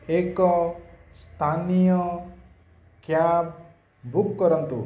ଏକ ସ୍ଥାନୀୟ cab book କରନ୍ତୁ